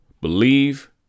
Believe